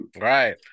Right